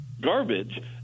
garbage